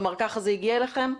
כלומר כך זה הגיע אליכם?